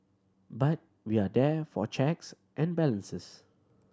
but we are there for checks and balances